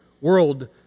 world